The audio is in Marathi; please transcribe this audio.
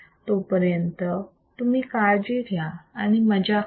तोपर्यंत तुम्ही काळजी घ्या आणि मजा करा